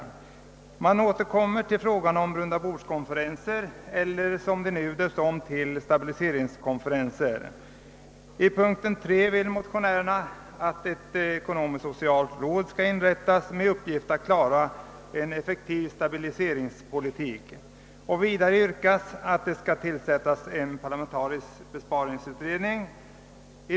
För det andra återkommer man till frågan om rundabordskonferenser eller, som de nu döpts om till, stabiliseringskonferenser. I punkt 3 vill motionärerna att ett ekonomisk-socialt råd inrättas med uppgift att klara en effektiv stabiliseringspolitik. För det fjärde yrkar motionärerna att det skall tillsättas en parlamentarisk besparingsutredning.